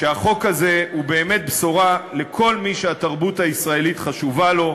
שהחוק הזה הוא באמת בשורה לכל מי שהתרבות הישראלית חשובה לו.